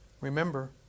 Remember